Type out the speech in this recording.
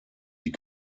die